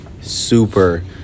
Super